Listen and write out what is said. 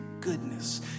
goodness